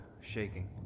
shaking